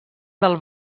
del